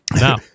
Now